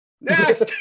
next